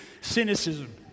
Cynicism